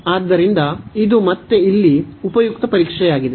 ಆದ್ದರಿಂದ ಇದು ಮತ್ತೆ ಇಲ್ಲಿ ಉಪಯುಕ್ತ ಪರೀಕ್ಷೆಯಾಗಿದೆ